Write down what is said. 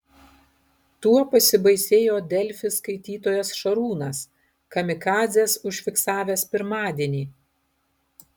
tuo pasibaisėjo delfi skaitytojas šarūnas kamikadzes užfiksavęs pirmadienį